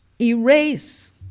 Erase